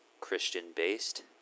Christian-based